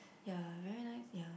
ya very nice ya